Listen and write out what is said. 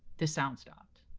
the sound stopped.